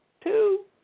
two